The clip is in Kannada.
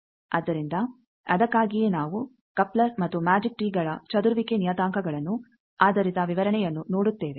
ಆದ್ದರಿಂದ ಅದಕ್ಕಾಗಿಯೇ ನಾವು ಕಪ್ಲರ್ ಮತ್ತು ಮ್ಯಾಜಿಕ್ ಟೀಗಳ ಚದುರುವಿಕೆ ನಿಯತಾಂಕಗಳನ್ನು ಆಧಾರಿತ ವಿವರಣೆಯನ್ನು ನೋಡುತ್ತೇವೆ